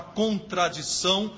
contradição